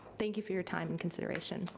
thank you for your time and consideration.